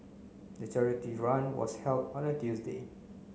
the charity run was held on a Tuesday